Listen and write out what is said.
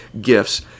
gifts